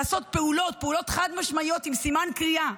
לעשות פעולות, פעולות חד-משמעיות עם סימן קריאה.